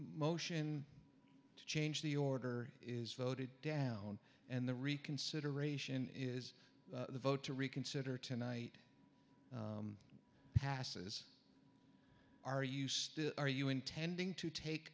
motion to change the order is voted down and the reconsideration is the vote to reconsider tonight passes are you still are you intending to take